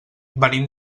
venim